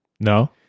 No